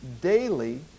daily